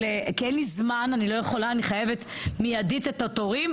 כי אין לי זמן, אני חייבת מיידית את התורים.